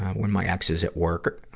when my ex is at work, ah,